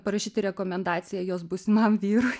parašyti rekomendaciją jos būsimam vyrui